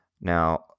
Now